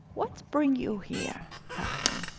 what brings you here, darling?